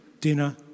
dinner